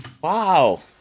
Wow